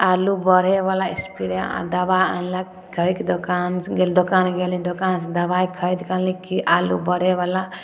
आलू बढ़ैवला एस्प्रे आओर दवा आनलक कै के दोकान गेल दोकान गेली दोकान दवाइ खरीदकऽ अनली कि आलू बढ़ैवला